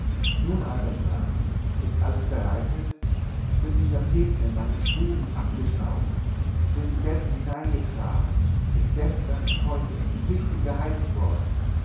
nun alter franz ist alles bereitet sind die tapeten in meinen stuben abgestaubt sind die betten hineingetragen ist gestern und heute tüchtig geheizt worden